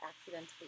accidentally